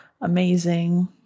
amazing